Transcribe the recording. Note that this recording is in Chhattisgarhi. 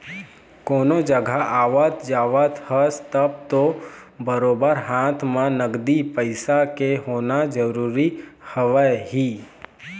कोनो जघा आवत जावत हस तब तो बरोबर हाथ म नगदी पइसा के होना जरुरी हवय ही